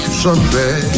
someday